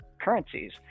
currencies